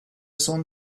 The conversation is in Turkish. son